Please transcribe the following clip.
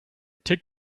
tickt